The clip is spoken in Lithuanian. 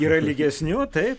yra lygesnių tai